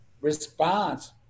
response